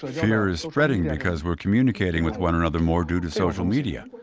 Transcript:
fear is spreading because we are communicating with one another more due to social media.